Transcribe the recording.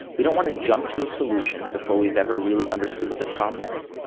we don't want to jump to a solution before we've ever really understood what the problem is,